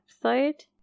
episode